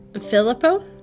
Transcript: Filippo